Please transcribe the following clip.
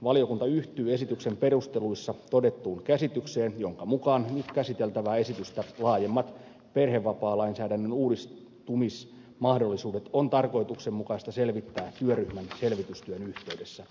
valiokunta yhtyy esityksen perusteluissa todettuun käsitykseen jonka mukaan nyt käsiteltävää esitystä laajemmat perhevapaalainsäädännön uudistusmahdollisuudet on tarkoituksenmukaista selvittää työryhmän selvitystyön yhteydessä